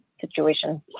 situation